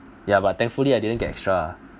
ya but thankfully I didn't get extra